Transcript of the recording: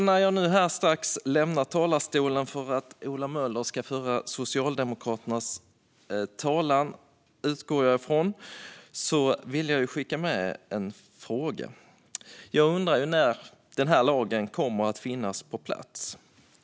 När jag nu strax ska lämna talarstolen för att Ola Möller ska föra Socialdemokraternas talan vill jag skicka med en fråga. Jag undrar när denna lag kommer att finnas på plats.